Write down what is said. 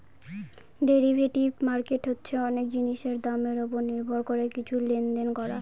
derivative market হচ্ছে অনেক জিনিসের দামের ওপর নির্ভর করে কিছু লেনদেন করা